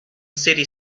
city